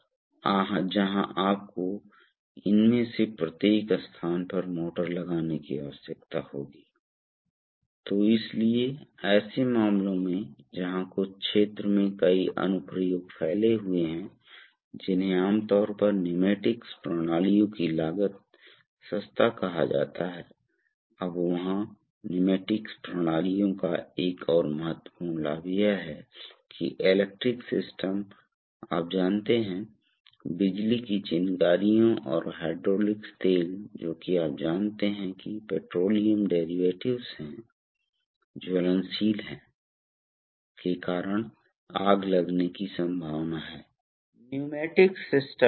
इससे पहले यदि आप यदि आप अभी यदि आप इसे इसके माध्यम से प्रवाह बनाने की कोशिश करते हैं तो यह प्रवाह नहीं होगा क्योंकि यह बंद हो जाएगा इसलिए प्रवाह को पंप करने के लिए कोई टैंक नहीं हो सकता है दूसरी तरफ यदि आप अब पायलट दबाव लागू करते हैं यहाँ आप उदाहरण के लिए एक पायलट दबाव यहाँ लागू करते हैं तो आप एक दिशात्मक वाल्व का उपयोग करके पायलट दबाव लागू कर सकते हैं इसलिए वाल्व पंप की इस स्थिति में बी से जुड़ा हुआ है